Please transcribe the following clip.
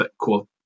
cool